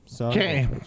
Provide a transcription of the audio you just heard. Okay